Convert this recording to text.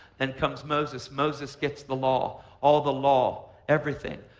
then comes moses. moses gets the law. all the law. everything.